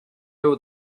owe